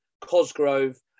Cosgrove